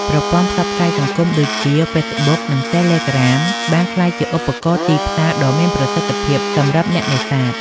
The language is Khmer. ប្រព័ន្ធផ្សព្វផ្សាយសង្គមដូចជាហ្វេសប៊ុក និងតេឡេក្រាម បានក្លាយជាឧបករណ៍ទីផ្សារដ៏មានប្រសិទ្ធភាពសម្រាប់អ្នកនេសាទ។